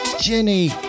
Jenny